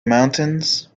mountains